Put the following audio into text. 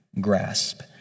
grasp